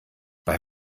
bei